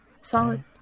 solid